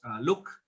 look